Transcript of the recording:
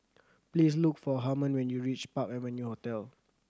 please look for Harmon when you reach Park Avenue Hotel